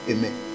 Amen